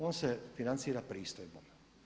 On se financira pristojbama.